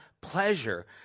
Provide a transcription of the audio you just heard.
pleasure